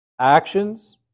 actions